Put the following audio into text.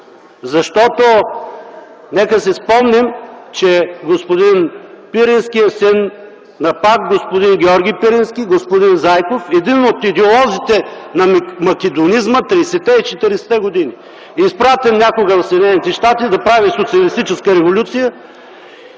Защото нека си спомним, че господин Пирински е син на пак господин Георги Пирински, господин Заеков, един от идеолозите на македонизма 30-те и 40-те години, изпратен някога в Съединените щати да прави социалистическа революция